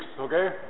okay